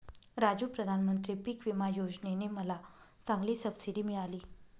राजू प्रधानमंत्री पिक विमा योजने ने मला चांगली सबसिडी मिळाली